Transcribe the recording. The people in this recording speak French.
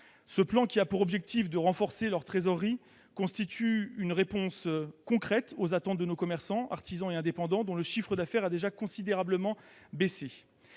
et sociales. Destiné à renforcer leur trésorerie, il constitue une réponse concrète aux attentes de nos commerçants, artisans et indépendants, dont le chiffre d'affaires a déjà considérablement baissé.